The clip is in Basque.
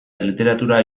literatura